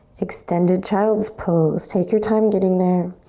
extended child's pose. take your time getting there.